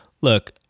look